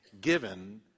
given